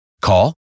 Call